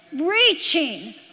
Reaching